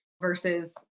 versus